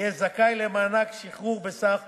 יהיה זכאי למענק שחרור בסך